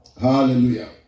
Hallelujah